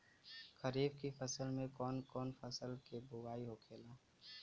खरीफ की फसल में कौन कौन फसल के बोवाई होखेला?